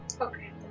Okay